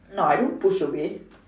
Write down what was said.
no I don't push away